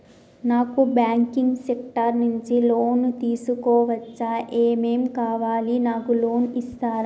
నాకు banking sector నుంచి loan తీసుకోవచ్చా? ఏమేం కావాలి? నాకు లోన్ ఇస్తారా?